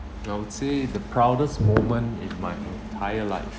I would say the proudest moment in my entire life